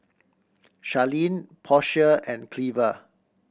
Charlene Portia and Cleva